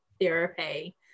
therapy